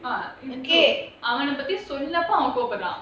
அவனை பத்தி சொன்னப்போ அவன் கோபப்படறான்:avana pathi sonnapo avan kobapadran